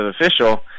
official